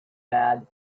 bad